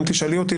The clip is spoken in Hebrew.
אם תשאלי אותי,